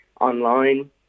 online